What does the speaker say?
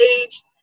age